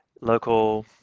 local